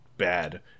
bad